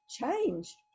change